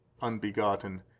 unbegotten